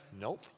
nope